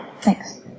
thanks